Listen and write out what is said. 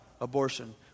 abortion